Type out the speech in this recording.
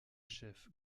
chef